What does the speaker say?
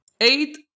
eight